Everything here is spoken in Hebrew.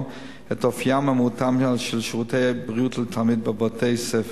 את אופיים ומהותם של שירותי הבריאות לתלמיד בבתי-הספר.